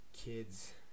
kids